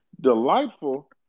delightful